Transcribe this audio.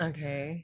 Okay